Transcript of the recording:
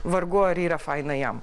vargu ar yra faina jam